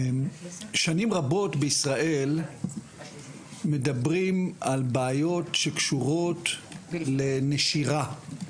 שנים רבות בישראל מדברים על בעיות שקשורות לנשירה.